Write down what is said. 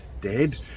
dead